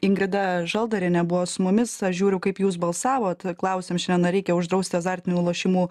ingrida žaldarienė buvo su mumis aš žiūriu kaip jūs balsavot klausėm šiandien ar reikia uždrausti azartinių lošimų